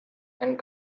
and